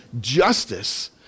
justice